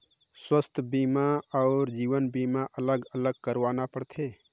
स्वास्थ बीमा अउ जीवन बीमा अलग अलग करवाना पड़थे?